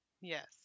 yes